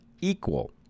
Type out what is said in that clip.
equal